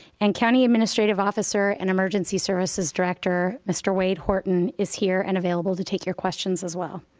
and county administrative officer and emergency services director, mr. wade horton, is here and available to take your questions as well.